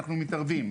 אנחנו מתערבים,